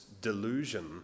delusion